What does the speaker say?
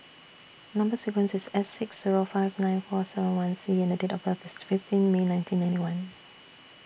Number sequence IS S six Zero five nine four seven one C and Date of birth IS fifteen May nineteen ninety one